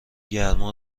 گرما